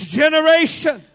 generation